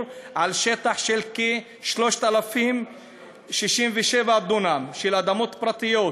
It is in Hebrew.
על שטח של כ-3,067 דונם של אדמות פרטיות,